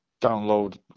download